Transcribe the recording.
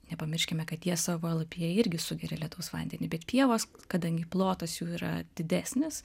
nepamirškime kad jie savo lapija irgi sugeria lietaus vandenį bet pievos kadangi plotas jų yra didesnis